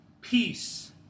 peace